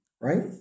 right